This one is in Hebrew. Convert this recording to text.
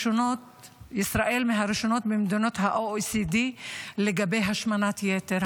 ישראל היא מהראשונות ממדינות ה-OECD לגבי השמנת יתר.